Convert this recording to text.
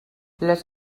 les